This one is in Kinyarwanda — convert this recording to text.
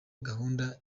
gahunda